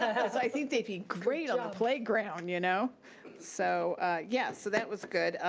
i think they'd be great on the playground. you know so yeah, so that was good.